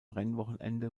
rennwochenende